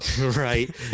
right